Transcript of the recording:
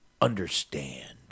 understand